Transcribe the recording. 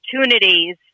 opportunities